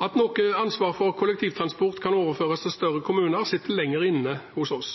At noe ansvar for kollektivtransport overføres til større kommuner, sitter lenger inne hos oss,